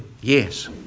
yes